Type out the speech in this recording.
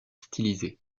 stylisés